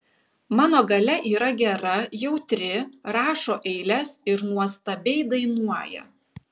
mano galia yra gera jautri rašo eiles ir nuostabiai dainuoja